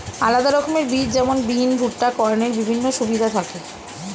আলাদা রকমের বীজ যেমন বিন, ভুট্টা, কর্নের বিভিন্ন সুবিধা থাকি